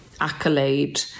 accolade